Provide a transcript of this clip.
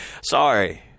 Sorry